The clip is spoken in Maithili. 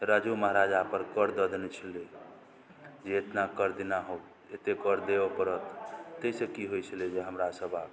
राजा महाराजा पर करक दऽ देने छलै जे एतना कर देना होगा कर देबऽ पड़त ताहिसँ की होइ छलै जे हमरा सब आब